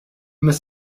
must